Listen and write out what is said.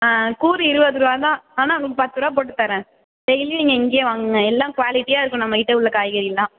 கூறு இருபதுருவா தான் ஆனால் உங்கள்க் பத்ருவா போட்டு தரேன் டெய்லியும் நீங்கள் இங்கேயே வாங்குங்க எல்லா குவாலிட்டியாக இருக்கும் நம்ம கிட்ட உள்ள காய்கறி எல்லாம்